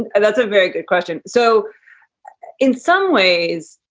and and that's a very good question. so in some ways,